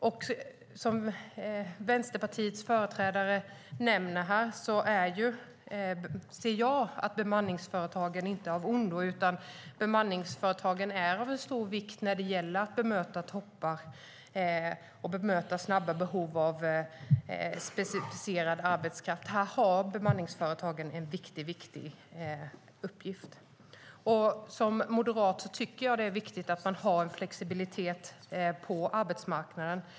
Till skillnad från Vänsterpartiets företrädare tycker jag inte att bemanningsföretagen är av ondo. De är av stor vikt när det gäller att möta toppar och snabbt uppkomna behov av specifik arbetskraft. Här har bemanningsföretagen en viktig uppgift. Som moderat tycker jag att det är viktigt att ha en flexibilitet på arbetsmarknaden.